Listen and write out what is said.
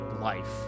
life